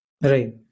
right